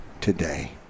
today